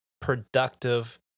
productive